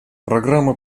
программа